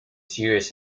series